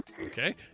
Okay